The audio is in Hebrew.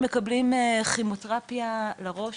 שמאפשר לחולה לפנות למקום אחד,